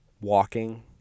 walking